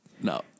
No